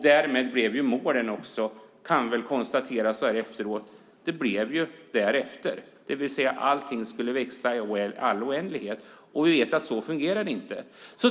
Därmed blev också målen därefter - det kan väl så här efteråt konstateras: Allting skulle växa i all oändlighet. Men vi vet ju att det inte fungerar så.